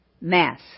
Mass